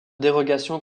dérogations